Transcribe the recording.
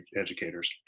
educators